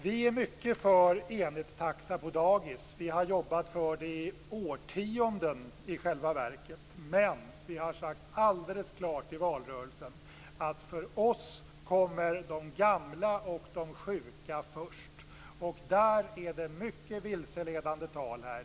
Vi är mycket för enhetstaxa på dagis. Vi har i själva verket jobbat för det i årtionden. Vi har dock sagt alldeles klart i valrörelsen att för oss kommer de gamla och de sjuka först. Där är det mycket vilseledande tal.